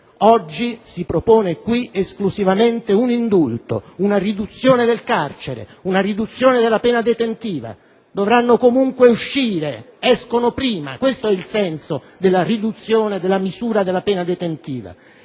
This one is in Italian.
Oggi si propone qui esclusivamente un indulto, una riduzione del carcere, della pena detentiva. Dovrebbero comunque uscire questi detenuti; usciranno prima: questo è il senso della riduzione della misura della pena detentiva.